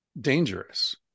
dangerous